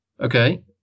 Okay